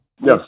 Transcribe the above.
Yes